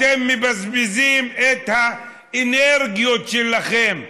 אתם מבזבזים את האנרגיות שלכם.